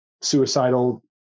suicidal